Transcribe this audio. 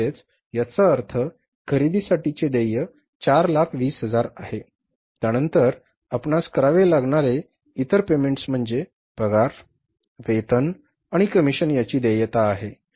म्हणजेच याचा अर्थ खरेदीसाठीचे देय 420000 आहे त्यानंतर आपणास करावे लागणारे इतर पेमेंट्स म्हणजे पगार वेतन आणि कमिशन याची देयता आहे